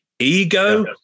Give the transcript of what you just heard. ego